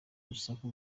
urusaku